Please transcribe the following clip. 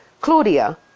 Claudia